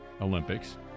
Olympics